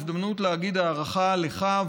הזדמנות להגיד הערכה לך,